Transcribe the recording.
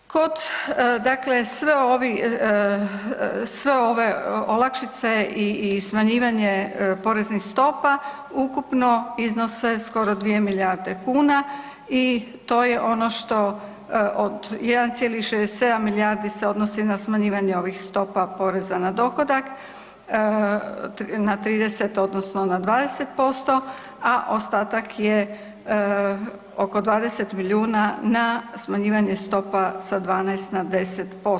Kod, dakle sve ovi, sve ove olakšice i smanjivanje poreznih stopa ukupno iznose skoro 2 milijarde kuna i to je ono što od 1,67 milijardi se odnosi na smanjivanje ovih stopa poreza na dohodak na 30 odnosno na 20%, a ostatak je oko 20 milijuna na smanjivanje stopa sa 12 na 10%